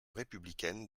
républicaine